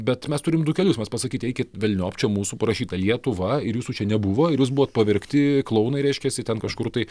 bet mes turim du kelius mes pasakyti eikit velniop čia mūsų parašyta lietuva ir jūsų čia nebuvo ir jūs buvot pavergti klounai reiškiasi ten kažkur tai